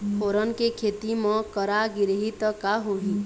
फोरन के खेती म करा गिरही त का होही?